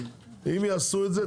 אם יעשו את זה,